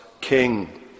king